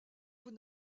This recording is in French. vous